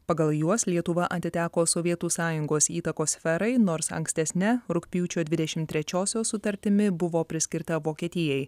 pagal juos lietuva atiteko sovietų sąjungos įtakos sferai nors ankstesne rugpjūčio dvidešim trečiosios sutartimi buvo priskirta vokietijai